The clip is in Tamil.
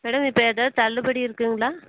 மேடம் இப்போ ஏதாவது தள்ளுபடி இருக்குங்களா